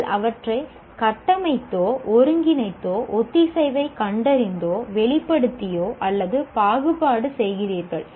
நீங்கள் அவற்றை கட்டமைத்தோ ஒருங்கிணைத்தோ ஒத்திசைவை கண்டறிந்தோ வெளிப்படுத்தியோ அல்லது பாகுபாடு செய்கிறீர்கள்